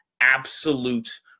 absolute